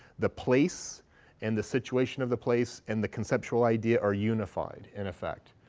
the place and the situation of the place and the conceptual idea are unified in effect.